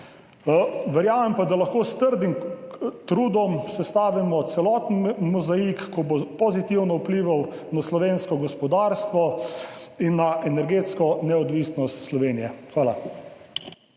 Verjamem pa, da lahko s trdim trudom sestavimo celoten mozaik, ki bo pozitivno vplival na slovensko gospodarstvo in na energetsko neodvisnost Slovenije. Hvala.